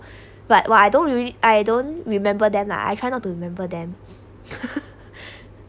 but why I don't really I don't remember them lah I try not to remember them